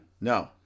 No